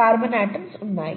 carbon atoms ఉన్నాయి